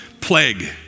plague